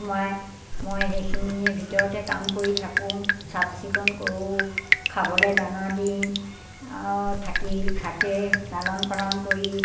সোমাই মই সেইখিনিয়ে ভিতৰতে কাম কৰি থাকোঁ চাফ চিকুণ কৰোঁ খাবলৈ দানা দিওঁ আৰু থাকি থাকে লালন পালন কৰি